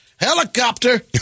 helicopter